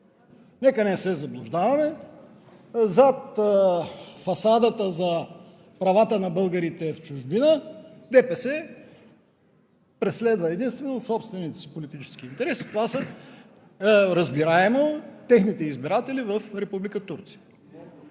Нека не се заблуждаваме, зад фасадата за правата на българите в чужбина ДПС преследва единствено собствените си политически интереси – разбираемо е, това са техните избиратели в Република Турция.